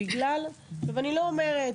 אני לא אומרת